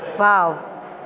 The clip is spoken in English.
wow